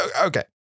Okay